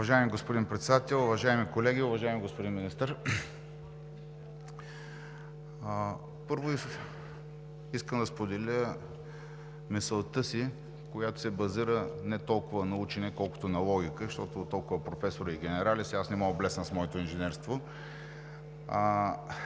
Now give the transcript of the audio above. Уважаеми господин Председател, уважаеми колеги, уважаеми господин Министър! Първо, искам да споделя мисълта си, която се базира не толкова на учене, колкото на логика, защото толкова професори и генерали – сега аз не мога да блесна с моето инженерство.